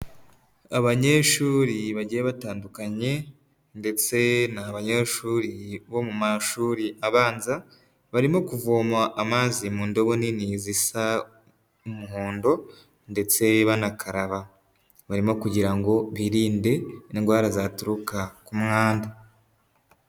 Abanyeshuri bagiye batandukanye ndetse ni abanyeshuri bo mu mashuri abanza, barimo kuvoma amazi mu ndobo nini zisa umuhondo ndetse banakaraba, barimo kugira ngo birinde indwara zaturuka ku mwanda.